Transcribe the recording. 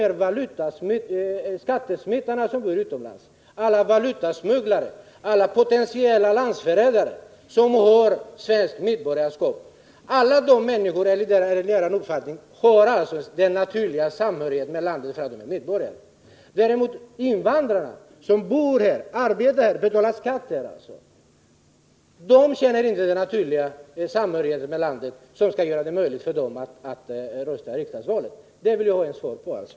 Har alla skattesmitare som bor utomlands, alla valutasmugglare, alla potentiella landsförrädare, som har svenskt medborgarskap, den naturliga samhörigheten med landet, medan invandrarna som bor här, arbetar här och betalar skatt här däremot inte skulle känna den naturliga samhörighet med landet som skulle göra det möjligt för dem att rösta i riksdagsvalen? Det vill jag ha ett svar på.